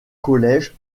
collège